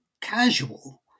casual